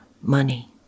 Money